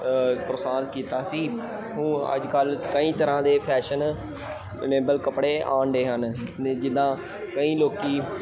ਪ੍ਰੋਸਾਹਨ ਕੀਤਾ ਸੀ ਊਂ ਅੱਜ ਕੱਲ੍ਹ ਕਈ ਤਰ੍ਹਾਂ ਦੇ ਫੈਸ਼ਨ ਨੇਵਲ ਕੱਪੜੇ ਆਉਣ ਡਏ ਹਨ ਨ ਜਿੱਦਾਂ ਕਈਂ ਲੋਕ